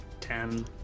Ten